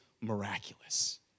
miraculous